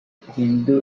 hindu